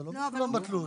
זה לא מגולם בתלוש,